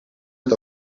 met